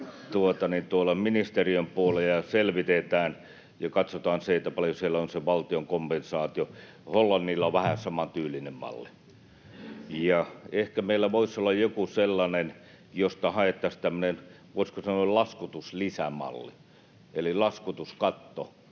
tuolla ministeriön puolella ja selvitetään ja katsotaan sitä, paljonko siellä on se valtion kompensaatio. Hollannilla on vähän samantyylinen malli. Ehkä meillä voisi olla joku sellainen malli, josta haettaisiin tämmöinen, voisiko sanoa, laskutuslisä eli laskutuskatto